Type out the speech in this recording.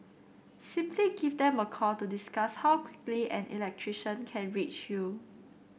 simply give them a call to discuss how quickly an electrician can reach you